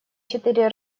четыре